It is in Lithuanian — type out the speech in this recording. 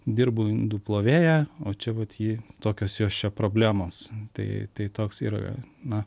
dirbu indų plovėja o čia vat ji tokios jos čia problemos tai tai toks yra na